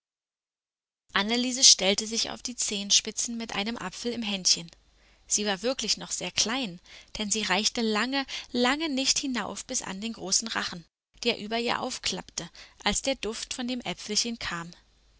anneliese stellte sich auf die zehenspitzen mit einem apfel im händchen sie war wirklich noch sehr klein denn sie reichte lange lange nicht hinauf bis an den großen rachen der über ihr aufklappte als der duft von dem äpfelchen kam